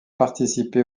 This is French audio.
participé